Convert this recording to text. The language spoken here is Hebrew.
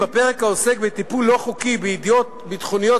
בפרק העוסק בטיפול לא חוקי בידיעות ביטחוניות,